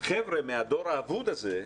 חבר'ה מן הדור האבוד הזה,